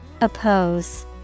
Oppose